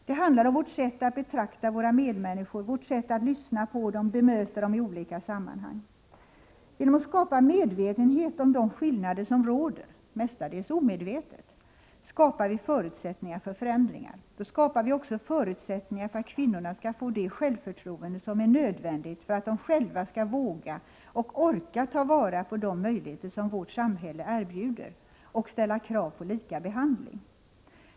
Det handlar om vårt sätt att betrakta våra medmänniskor, vårt sätt att lyssna på dem och bemöta dem i olika sammanhang. Genom att skapa medvetenhet om de skillnader som råder, mestadels omedvetet, skapar vi förutsättningar för förändringar. Då skapar vi också förutsättningar för att kvinnorna skall få det självförtroende som är nödvändigt för att de själva skall våga och orka ta vara på de möjligheter som vårt samhälle erbjuder och ställa krav på lika behandling.